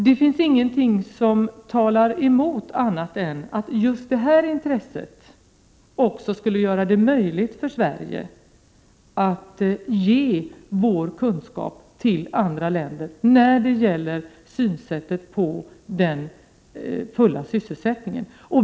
Det finns inget som talar emot. Det här intresset skulle ju också göra det möjligt för Sverige att förmedla våra kunskaper till andra länder när det gäller synen på den fulla sysselsättningen.